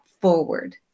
forward